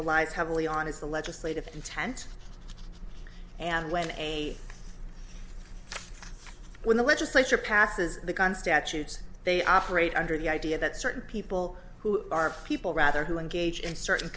relies heavily on is the legislative intent and when a when the legislature passes the gun statutes they operate under the idea that certain people who are people rather who engage in certain